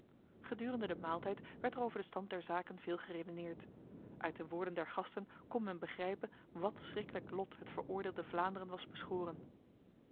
gedurende de maaltijd werd er over de stand der zaken veel geredeneerd uit de woorden der gasten kon men begrijpen wat schriklijk lot het veroordeelde vlaanderen was beschoren